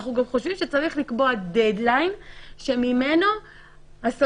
אנחנו גם חושבים שצריך לקבוע דד-ליין שממנו הסמכות